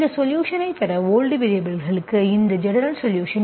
இந்த சொலுஷன் பெற ஓல்ட் வேரியபல்களுக்கு இது ஜெனரல் சொலுஷன்